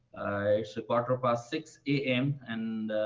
a so quarter past six a m, and